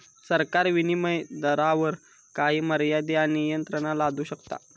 सरकार विनीमय दरावर काही मर्यादे आणि नियंत्रणा लादू शकता